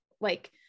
Like-